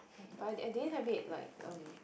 but I I didn't have it like um